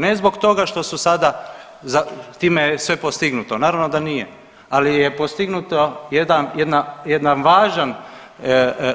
Ne zbog toga što su sada, time je sve postignuto, naravno da nije, ali je postignuto jedan, jedna, jedan važan